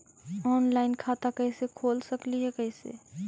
Online खाता कैसे खोल सकली हे कैसे?